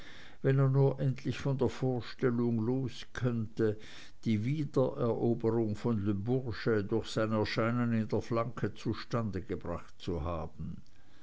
wenn er nur endlich von der vorstellung loskönnte die wiedereroberung von le bourget durch sein erscheinen in der flanke zustande gebracht zu haben